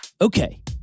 Okay